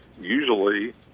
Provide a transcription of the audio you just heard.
usually